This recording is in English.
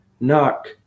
Knock